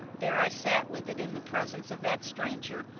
there i sat with it in the presence of that stranger,